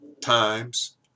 times